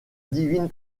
divine